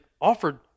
offered